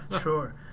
sure